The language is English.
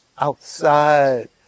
outside